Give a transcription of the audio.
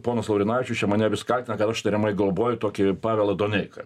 ponas laurinavičius čia mane vis kaltina gal aš tariamai globoju tokį pavelą doneiką